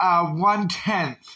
one-tenth